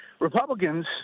Republicans